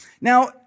Now